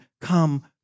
come